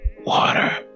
water